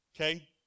okay